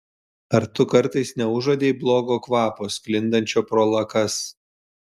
ar tu kartais neužuodei blogo kvapo sklindančio pro lakas